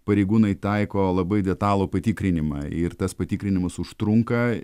pareigūnai taiko labai detalų patikrinimą ir tas patikrinimas užtrunka